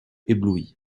ébloui